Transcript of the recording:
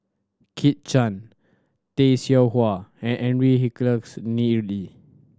Kit Chan Tay Seow Huah and Henry